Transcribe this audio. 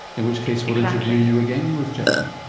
in which case we'll interview you again, ruth jepson.